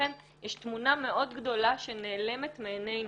ולכן יש תמונה מאוד גדולה שנעלמת מעינינו.